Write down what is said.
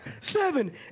seven